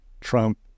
Trump